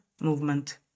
movement